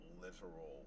literal